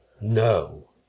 No